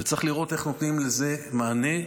וצריך לראות איך נותנים לזה מענה.